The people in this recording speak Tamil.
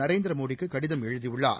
நரேந்திரமோடிக்குகடிதம் எழுதியுள்ளார்